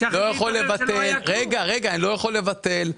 אני לא יכול לבטל.